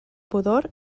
pudor